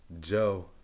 Joe